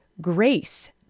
grace